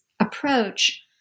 approach